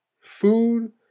Food